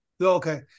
Okay